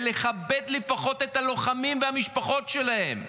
ולכבד לפחות את הלוחמים והמשפחות שלהם.